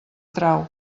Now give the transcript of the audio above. trau